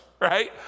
right